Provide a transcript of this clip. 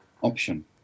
option